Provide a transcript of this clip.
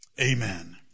Amen